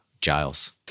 Giles